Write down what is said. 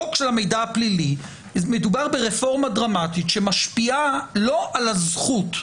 בחוק של המידע הפלילי מדובר ברפורמה דרמטית שמשפיעה לא על הזכות,